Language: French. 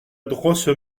grosse